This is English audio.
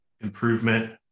improvement